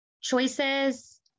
Choices